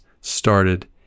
started